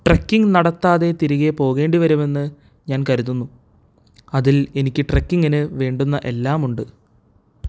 trekking നടത്താതെ തിരികെ പോകേണ്ടിവരുമെന്ന് ഞാൻ കരുതുന്നു അതിൽ എനിക്ക് ട്രെക്കിങ്ങിന് വേണ്ടുന്ന എല്ലാമുണ്ട്